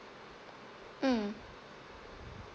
mm